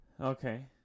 Okay